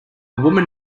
woman